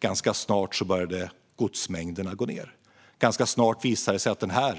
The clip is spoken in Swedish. Ganska snart började godsmängderna gå ned. Ganska snart visade det sig att